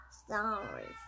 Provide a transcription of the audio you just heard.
sorry